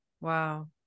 Wow